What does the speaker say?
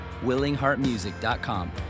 willingheartmusic.com